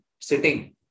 sitting